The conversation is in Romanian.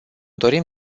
dorim